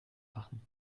machen